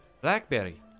Blackberry